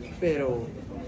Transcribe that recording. pero